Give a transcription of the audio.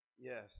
Yes